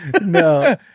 no